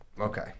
okay